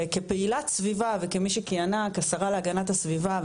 וכפעילת סביבה וכמי שכיהנה כשרה להגנת הסביבה,